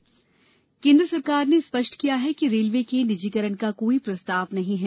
railway केंद्र सरकार ने स्पष्ट किया है कि रेलवे के निजीकरण का कोई प्रस्ताव नहीं है